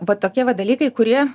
va tokie va dalykai kurie